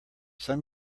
sun